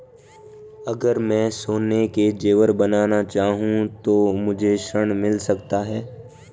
अगर मैं सोने के ज़ेवर बनाना चाहूं तो मुझे ऋण मिल सकता है?